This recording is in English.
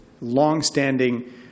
long-standing